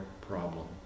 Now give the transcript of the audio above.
problem